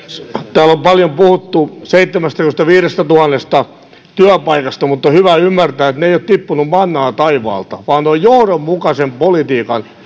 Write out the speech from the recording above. täällä on paljon puhuttu seitsemästäkymmenestäviidestätuhannesta työpaikasta mutta on hyvä ymmärtää että ne eivät ole tippuneet mannana taivaalta vaan ne ovat johdonmukaisen politiikan